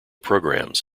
programs